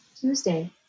Tuesday